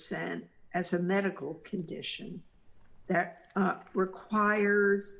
percent as a medical condition that requires